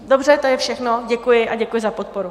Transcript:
Dobře, to je všechno, děkuji, a děkuji za podporu.